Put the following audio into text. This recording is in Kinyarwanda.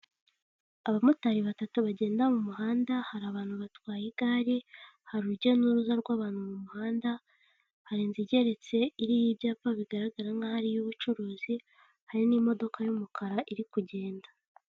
Abamotari batatu bagenda mu muhanda, hari abantu batwaye igare, hari urujya n'uruza rw'abantu mu muhanda, hari inzu igeretse iriho ibyapa bigaragara nk'aho ari ay'ubucuruzi hari n'imodoka y'umukara iri kugenda.